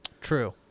true